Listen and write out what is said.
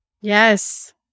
Yes